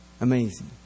Amazing